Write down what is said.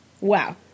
Wow